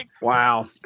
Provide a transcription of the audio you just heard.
Wow